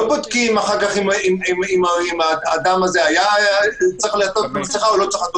בודקים אחר כך אם האדם הזה היה צריך לעטות מסיכה או לא צריך.